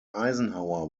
eisenhower